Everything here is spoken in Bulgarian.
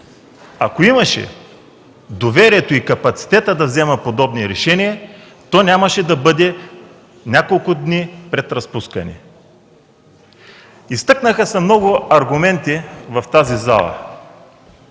Ако имаше доверието и капацитета да взема подобни решения, то нямаше да бъде няколко дни пред разпускане. Изтъкнаха се много аргументи в тази зала